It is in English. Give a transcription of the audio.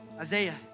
Isaiah